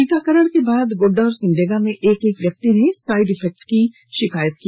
टीकाकरण के बाद गोड़डा और सिमडेगा में एक एक व्यक्ति ने साइड इफेक्ट की शिकायत की